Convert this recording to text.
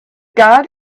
got